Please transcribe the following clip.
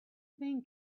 thing